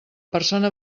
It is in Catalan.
persona